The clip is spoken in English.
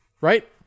right